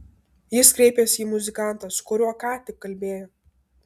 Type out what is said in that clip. jis kreipėsi į muzikantą su kuriuo ką tik kalbėjo